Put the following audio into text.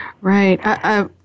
Right